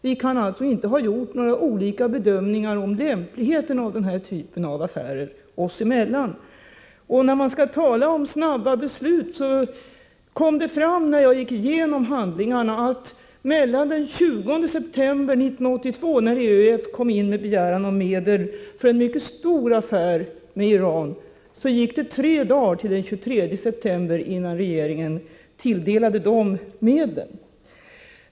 Vi har alltså inte gjort olika bedömningar beträffande lämpligheten av den här typen av affärer. Om vi skall tala om snabba beslut kan jag säga att det kom fram, när jag gick igenom handlingarna, att det från den 20 september 1982, då ÖEF kom in med en begäran om medel för en mycket stor affär med Iran, dröjde bara tre dagar, eller till den 23 september, innan regeringen beviljade de medlen.